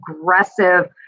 aggressive